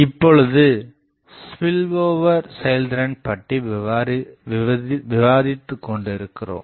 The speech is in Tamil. இப்பொழுது நாம் ஸ்பில்ஓவர் செயல்திறன்பற்றி விவாதித்துக் கொண்டிருக்கிறோம்